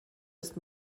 ist